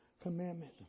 commandment